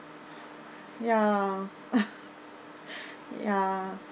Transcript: ya ya